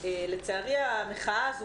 לצערי המחאה הזאת,